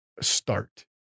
start